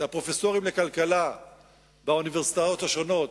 את הפרופסורים לכלכלה באוניברסיטאות השונות,